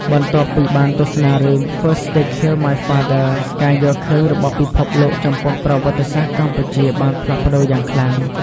បន្ទាប់ពីបានទស្សនារឿង First They Killed My Father ការយល់ឃើញរបស់ពិភពលោកចំពោះប្រវត្តិសាស្ត្រកម្ពុជាបានផ្លាស់ប្ដូរយ៉ាងខ្លាំង។